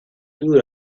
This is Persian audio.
دور